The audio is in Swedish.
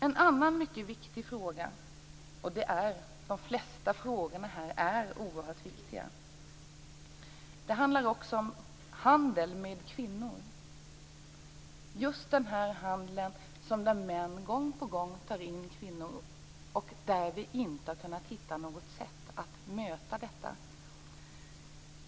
En annan mycket viktig fråga - de flesta frågorna i detta sammanhang är oerhört viktiga - handlar också om handel med kvinnor, dvs. att män gång på gång tar in kvinnor. Vi har inte kunnat hitta ett sätt att möta detta.